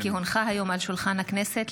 כי הונחה היום על שולחן הכנסת,